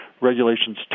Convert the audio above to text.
regulations